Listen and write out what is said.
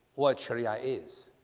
what sharia is?